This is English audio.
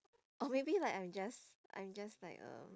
or maybe like I just I just like uh